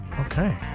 okay